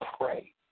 pray